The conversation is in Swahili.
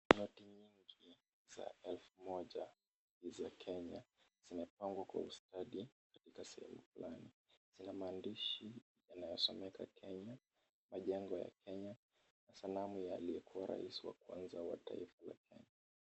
Noti za elfu moja za Kenya zimepangwa kwa ustadi katika sehemu flani. Zina maandishi yanayosomeka Kenya na jengo ya Kenya na sanamu ya aliyekuwa rais wa kwanza wa taifa